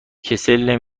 کسل